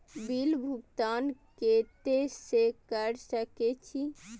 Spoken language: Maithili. बिल भुगतान केते से कर सके छी?